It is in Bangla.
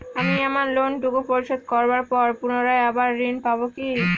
আমি আমার লোন টুকু পরিশোধ করবার পর পুনরায় আবার ঋণ পাবো কি?